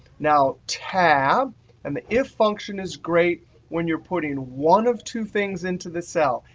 now tab and the if function is great when you're putting in one of two things into the cell.